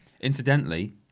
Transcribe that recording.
Incidentally